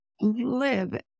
live